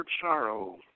sorrow